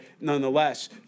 nonetheless